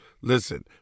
Listen